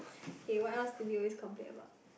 okay what else do we always complain about